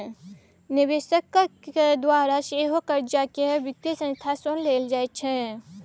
निवेशकक द्वारा सेहो कर्जाकेँ वित्तीय संस्था सँ लेल जाइत छै